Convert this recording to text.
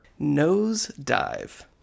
Nosedive